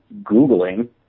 Googling